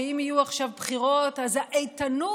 שאם יהיו עכשיו בחירות אז האיתנות